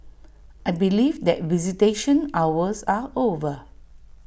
I believe that visitation hours are over